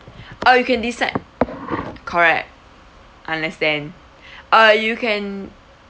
uh you can decide correct understand uh you can